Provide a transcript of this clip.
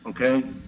okay